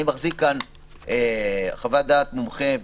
אני מחזיק כאן חוות דעת מומחה,